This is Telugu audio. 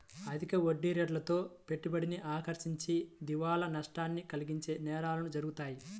అధిక వడ్డీరేట్లతో పెట్టుబడిని ఆకర్షించి దివాలా నష్టాన్ని కలిగించే నేరాలు జరుగుతాయి